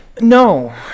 No